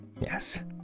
Yes